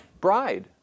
bride